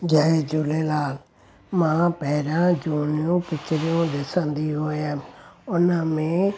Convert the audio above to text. जय झूलेलाल मां पहिरां जूनियूं पिचरियूं ॾिसंदी हुयमि उन में